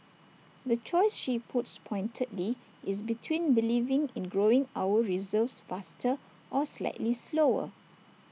the choice she puts pointedly is between believing in growing our reserves faster or slightly slower